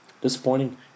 Disappointing